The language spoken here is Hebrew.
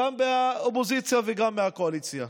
גם מהאופוזיציה וגם מהקואליציה.